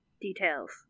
details